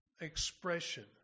expression